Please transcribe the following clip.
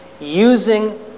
using